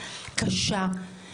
קשה,